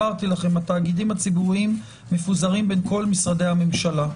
התאגידים הציבוריים מפוזרים בין כל משרדי הממשלה.